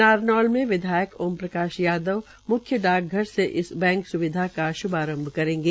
नारनौल में विधायक ओमप्रकाश यादव म्ख्य डाकघर में इस बैंक स्विधा का श्भारंभ करेंगे